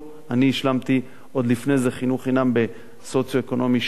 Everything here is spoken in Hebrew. אני השלמתי עוד לפני זה חינוך חינם בסוציו-אקונומי 3,